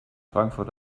frankfurt